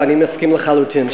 ואני מסכים לחלוטין.